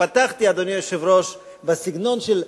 פתחתי בסגנון של: